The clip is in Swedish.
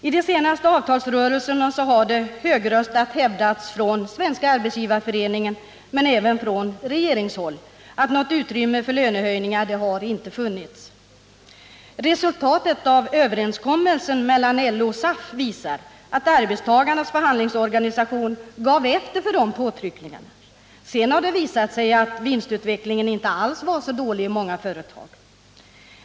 I de senaste avtalsrörelserna har det högröstat hävdats från Svenska arbetsgivareföreningen, men även från regeringshåll, att något utrymme för löneförhöjningar inte har funnits. Resultatet av överenskommelsen mellan LO och SAF visar att arbetstagarnas förhandlingsorganisation gav efter för de påtryckningarna. Sedan har det emellertid visat sig att vinstutvecklingen inte alls varit så dålig i många företag.